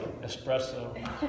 espresso